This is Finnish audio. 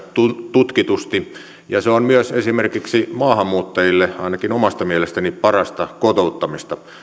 tutkitusti ja se on myös esimerkiksi maahanmuuttajille ainakin omasta mielestäni parasta kotouttamista